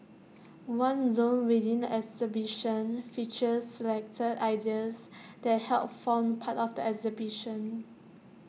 one zone within the exhibition features selected ideas that helped form part of the exhibition